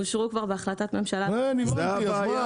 אושרו כבר בהחלטת ממשלה --- זו הבעיה.